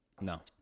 No